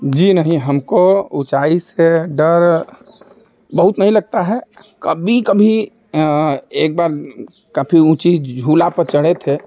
जी नहीं हमको ऊँचाई से डर बहुत नहीं लगता है कभी कभी एक बार काफ़ी ऊँचे झूले पर चढ़े थे